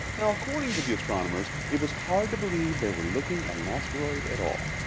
and according to the astronomers, it was hard to believe they were looking at an asteroid at all.